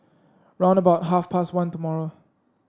round about half past one tomorrow